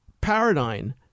paradigm